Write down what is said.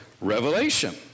Revelation